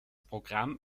programm